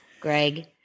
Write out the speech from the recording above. Greg